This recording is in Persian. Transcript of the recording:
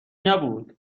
نبود